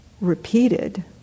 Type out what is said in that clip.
repeated